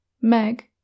Meg